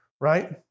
right